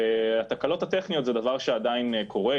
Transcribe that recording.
התקלות הטכניות זה דבר שעדיין קורה.